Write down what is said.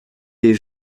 des